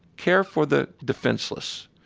care for the defenseless,